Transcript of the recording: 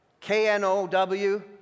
K-N-O-W